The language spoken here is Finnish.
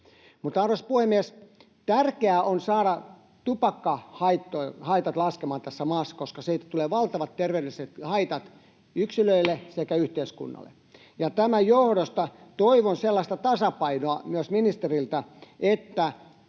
Mutta, arvoisa puhemies! Tärkeää on saada tupakkahaitat laskemaan tässä maassa, koska siitä tulee valtavat terveydelliset haitat yksilöille sekä yhteiskunnalle. Tämän johdosta toivon sellaista tasapainoa — myös ministeriltä — että